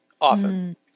often